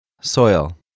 Soil